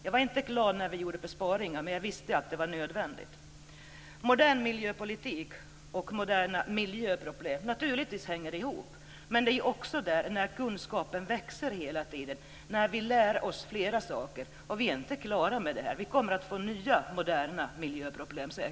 Jag var inte glad när vi gjorde besparingar, men jag visste ju att det var nödvändigt. Modern miljöpolitik och moderna miljöproblem hänger naturligtvis samman. Men kunskapen växer hela tiden och vi lär oss alltmer, och vi är inte klara med det. Vi kommer säkert att få nya moderna miljöproblem.